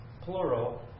plural